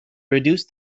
reduce